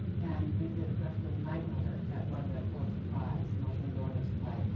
and we did a production of night, mother that won the pulitzer prize, marsha norman's play.